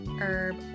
Herb